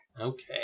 Okay